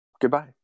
goodbye